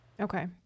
okay